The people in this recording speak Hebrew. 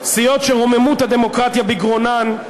סיעות שרוממות הדמוקרטיה בגרונן,